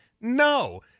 No